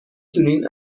دونین